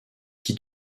qui